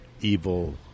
evil